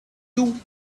two